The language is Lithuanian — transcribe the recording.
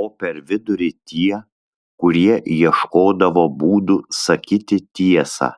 o per vidurį tie kurie ieškodavo būdų sakyti tiesą